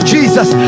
Jesus